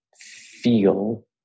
feel